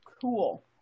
Cool